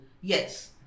yes